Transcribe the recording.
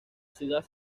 ciudad